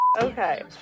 Okay